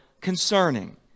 concerning